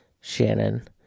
Shannon